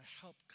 help